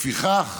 לפיכך